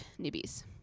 newbies